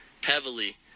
heavily